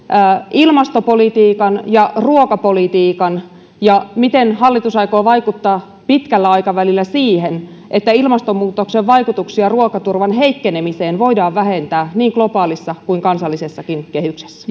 ilmastopolitiikan ja ruokapolitiikan ja miten hallitus aikoo vaikuttaa pitkällä aikavälillä siihen että ilmastonmuutoksen vaikutuksia ruokaturvan heikkenemiseen voidaan vähentää niin globaalissa kuin kansallisessakin kehyksessä